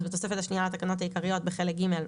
אז בתוספת השנייה לתקנות העיקריות בחלק ג',